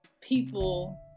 people